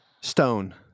Stone